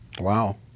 Wow